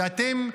ואתם,